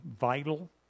vital